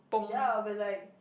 ya I'll be like